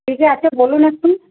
কী কী আছে বলুন একটু